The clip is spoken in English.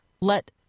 Let